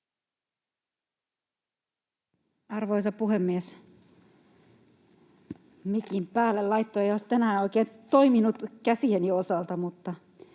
Arvoisa puhemies! Mikin päälle laitto ei tänään oikein toiminut käsieni osalta. Mutta